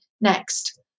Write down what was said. next